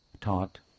taught